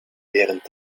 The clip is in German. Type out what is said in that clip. während